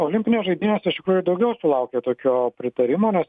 olimpinės žaidynės iš tikrųjų daugiau sulaukia tokio pritarimo nes